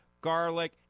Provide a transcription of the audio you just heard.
garlic